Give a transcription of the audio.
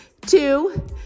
two